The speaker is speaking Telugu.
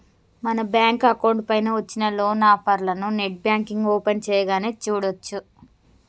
మన బ్యాంకు అకౌంట్ పైన వచ్చిన లోన్ ఆఫర్లను నెట్ బ్యాంకింగ్ ఓపెన్ చేయగానే చూడచ్చు